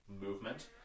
movement